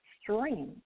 stream